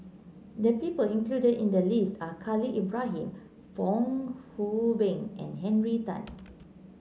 the people included in the list are Khalil Ibrahim Fong Hoe Beng and Henry Tan